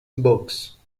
books